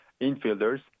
infielders